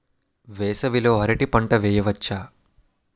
వేసవి లో అరటి పంట వెయ్యొచ్చా?